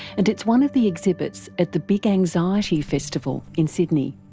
and it's one of the exhibits at the big anxiety festival in sydney.